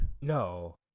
No